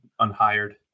unhired